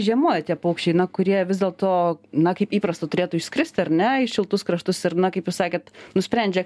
žiemoja tie paukščiai na kurie vis dėl to na kaip įprasta turėtų išskrist ar ne į šiltus kraštus ar na kaip jūs sakėt nusprendžia